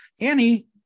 Annie